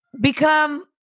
become